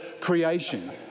creation